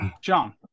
John